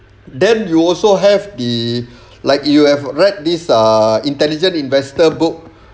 then you also have the like you have read this ah intelligent investor book